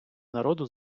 народу